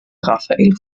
rafael